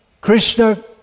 Krishna